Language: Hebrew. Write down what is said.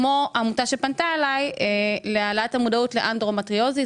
כמו עמותה שפנתה אליי להעלאת המודעות לאנדומטריוזיס.